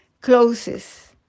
closes